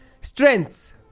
strengths